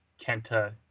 Kenta